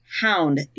hound